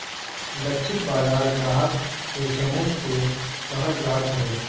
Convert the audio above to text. लक्षित बाजार ग्राहक के समूह के कहल जात हवे